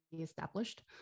established